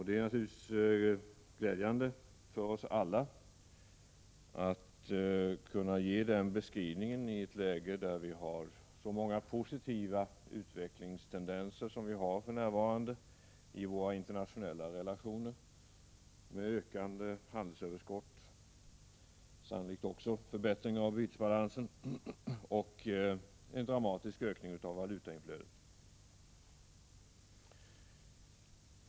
Det är glädjande för oss alla att kunna ge den beskrivningen i ett läge där vi har så många positiva utvecklingstendenser som vi för närvarande har i våra internationella relationer, med ökande handelsöverskott och sannolikt också en förbättring av bytesbalansen och en dramatisk ökning av valutainflödet.